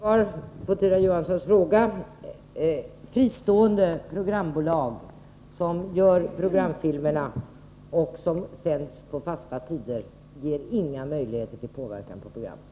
Herr talman! Ett kort svar på Tyra Johanssons fråga: Fristående programbolag som gör programfilmerna, vilka sänds på fasta tider, ger inga möjligheter till påverkan på programmen.